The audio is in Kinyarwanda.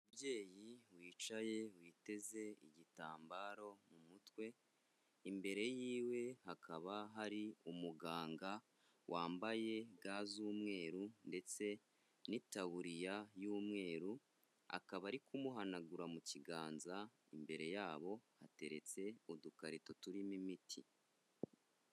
Umubyeyi wicaye, witeze igitambaro mu mutwe, imbere y'iwe hakaba hari umuganga wambaye ga z'umweru ndetse n'itaburiya y'umweru, akaba ari kumuhanagura mu kiganza, imbere yabo hateretse udukarito turimo imiti.